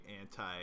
anti